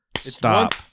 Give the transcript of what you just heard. Stop